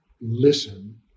Listen